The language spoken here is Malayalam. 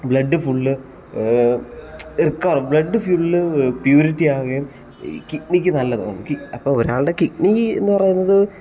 ബ്ലഡ് ഫുള്ള് റിക്കവർ ആവും ബ്ലഡ് ഫുള്ള് പ്യൂരിറ്റി ആവുകയും ഈ കിഡ്നിക്ക് നല്ലതാണ് അപ്പോൾ ഒരാളുടെ കിഡ്നി എന്ന് പറയുന്നത്